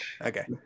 okay